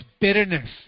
bitterness